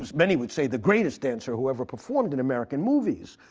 many would say the greatest dancer who ever performed in american movies.